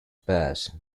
pass